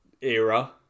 era